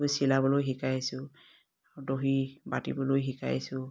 গৈ চিলাবলৈ শিকাইছোঁ দহি বাতিবলৈ শিকাইছোঁ